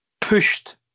pushed